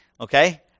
Okay